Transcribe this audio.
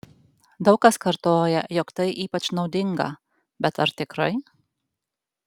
daug kas kartoja jog tai ypač naudinga bet ar tikrai